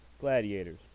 Gladiators